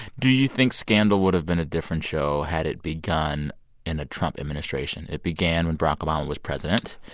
do you think scandal would have been a different show had it begun in a trump administration? it began when barack obama was president.